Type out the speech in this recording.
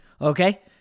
okay